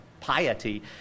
piety